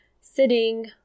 sitting